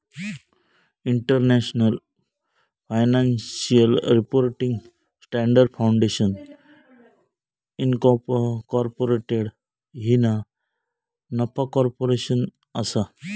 international Financial Reporting Standards Foundation Incorporated ही ना नफा कॉर्पोरेशन असा